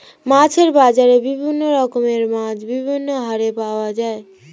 মাছের বাজারে বিভিন্ন রকমের মাছ বিভিন্ন হারে পাওয়া যায়